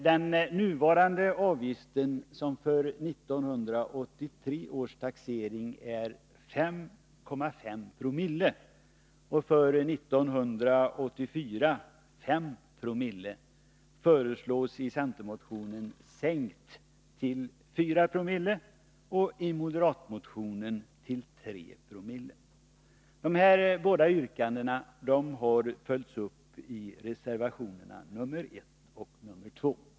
Den nuvarande avgiften, som för 1983 års taxering är 5,5 Jo och för 1984 5 Ze, föreslås i centermotionen bli sänkt till 4 Zoo och i moderatmotionen till 3 Ze. De båda yrkandena har följts upp i reservationerna nr 1 och 2.